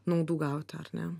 naudų gauti ar ne